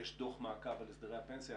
יש דוח מעקב על הסדרי הפנסיה.